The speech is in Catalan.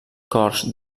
cors